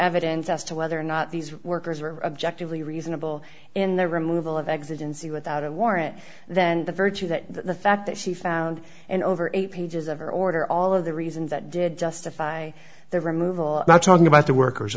evidence as to whether or not these workers were objective lee reasonable in the removal of exit in sea without a warrant then the virtue that the fact that she found an over eight pages of her order all of the reasons that did justify the removal not talking about the workers